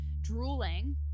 drooling